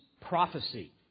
prophecy